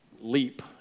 leap